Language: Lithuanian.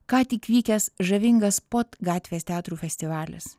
ką tik vykęs žavingas pot gatvės teatrų festivalis